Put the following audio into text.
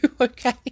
okay